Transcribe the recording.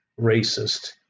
racist